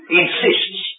insists